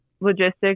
logistics